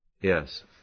Yes